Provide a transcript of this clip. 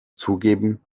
zugeben